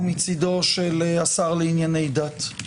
מצידו של השר לענייני דת.